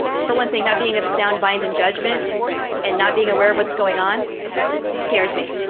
for one thing, not being of sound mind and judgment and not being aware of what's going on scares me,